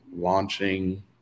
launching